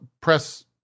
press